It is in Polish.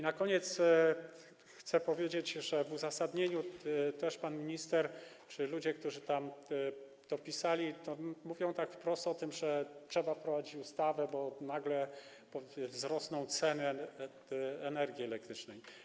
Na koniec chcę powiedzieć, że w uzasadnieniu pan minister czy ludzie, którzy to pisali, mówią wprost o tym, że trzeba wprowadzić ustawę, bo nagle wzrosną ceny energii elektrycznej.